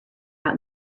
out